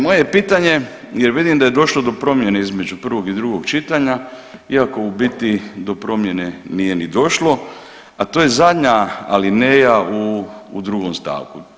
Moje je pitanje, jer vidim da je došlo do promjene između prvog i drugog čitanja iako u biti do promjene nije ni došlo, a to je zadnja alineja u drugom stavku.